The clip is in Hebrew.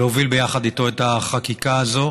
להוביל ביחד איתו את החקיקה הזו.